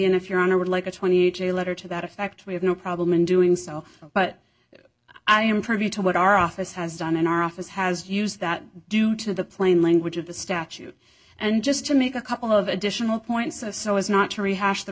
and if you're on i would like a twenty j letter to that effect we have no problem in doing so but i am privy to what our office has done and our office has used that due to the plain language of the statute and just to make a couple of additional points so so as not to rehash the